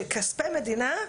שכספי מדינה,